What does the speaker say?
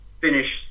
finish